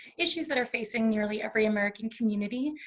issues that are facing nearly every american community,